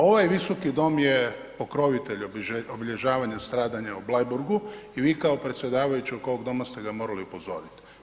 Ovaj Visoki dom je pokrovitelj obilježavanja stradanja u Bleiburgu i vi kao predsjedavajući ovog doma ste ga morali upozoriti.